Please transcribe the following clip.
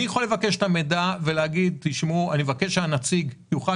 אני יכול לבקש את המידע ולהגיד: אני מבקש שהנציג יוכל